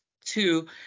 Two